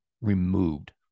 removed